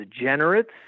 degenerates